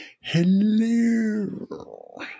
Hello